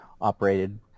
operated